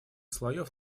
слоев